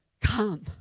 Come